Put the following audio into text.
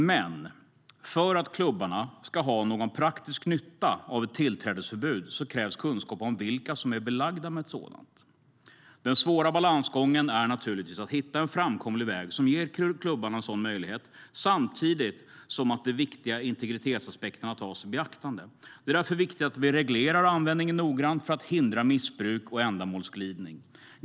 Men för att klubbarna ska ha någon praktisk nytta av ett tillträdesförbud krävs kunskap om vilka som är belagda med ett sådant. Den svåra balansgången är naturligtvis att hitta en framkomlig väg som ger klubbarna en sådan möjlighet samtidigt som de viktiga integritetsaspekterna tas i beaktande. Det är därför viktigt att vi reglerar användningen noggrant för att hindra missbruk och ändamålsglidning.